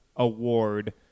Award